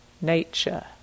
nature